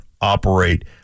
operate